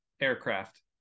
aircraft